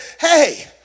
hey